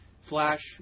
Flash